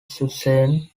suzanne